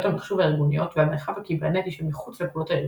המחשוב הארגוניות והמרחב הקיברנטי שמחוץ לגבולות הארגון